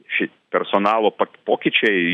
ši personalo pokyčiai